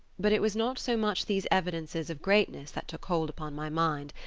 but it was not so much these evidences of greatness that took hold upon my mind,